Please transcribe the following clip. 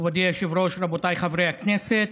מכובדי היושב-ראש, רבותיי חברי הכנסת,